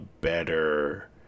better